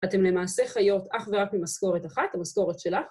אתם למעשה חיות אך ורק ממשכורת אחת, המשכורת שלך.